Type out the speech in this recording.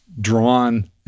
drawn